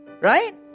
right